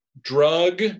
drug